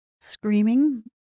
screaming